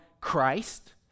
Christ